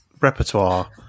repertoire